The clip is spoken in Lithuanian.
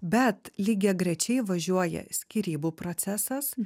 bet lygiagrečiai važiuoja skyrybų procesas